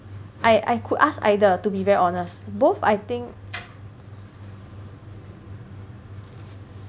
I I could ask either to be very honest both I think